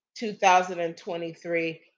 2023